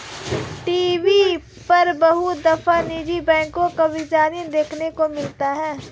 TV पर बहुत दफा निजी बैंक के विज्ञापन देखने को मिलते हैं